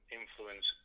influence